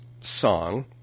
song